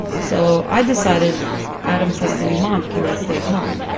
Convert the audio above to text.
so i decided adam says to me, mom, can i stay home?